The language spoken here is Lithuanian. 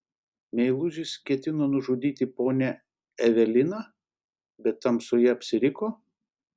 meilužis ketino nužudyti ponią eveliną bet tamsoje apsiriko